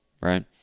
right